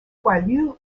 poilues